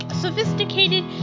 sophisticated